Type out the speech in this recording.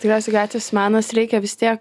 tikriausiai gatvės menas reikia vis tiek